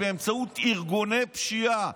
באמצעות ארגוני פשיעה,